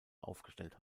aufgestellt